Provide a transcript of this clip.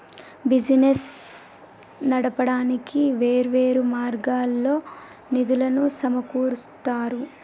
business నడపడానికి వేర్వేరు మార్గాల్లో నిధులను సమకూరుత్తారు